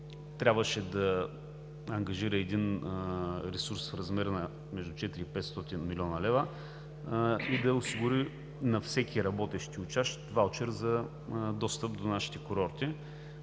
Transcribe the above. трябваше да ангажира един ресурс в размер между 4 и 500 млн. лв. и да осигури на всеки работещ и учащ ваучер за достъп до нашите курорти.